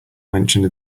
mentioned